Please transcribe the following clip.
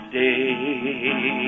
day